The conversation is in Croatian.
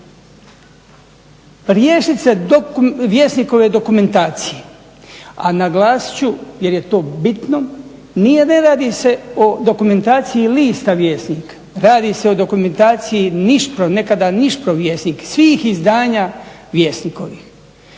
Riješiti Vjesnikove dokumentacije, a naglasit ću jer je to bitno, ne radi se o dokumentaciji lista Vjesnik, radi se o dokumentaciji nekada NIŠPRO Vjesnik svih izdanja Vjesnikovih.